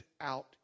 out